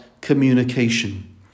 communication